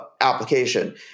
application